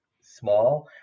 small